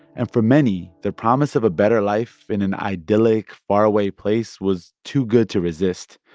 and for many, the promise of a better life in an idyllic faraway place was too good to resist.